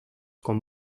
con